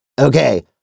Okay